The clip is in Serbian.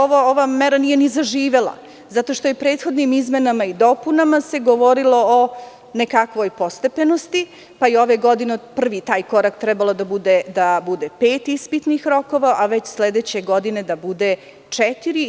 Ova mera nije ni zaživela zato što je prethodnim izmenama i dopunama se govorilo o nekakvoj postepenosti, pa je ove godine taj prvi korak trebao da bude pet ispitnih rokova, a već sledeće godine da bude četiri.